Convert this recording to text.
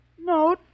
No